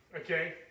Okay